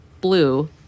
blue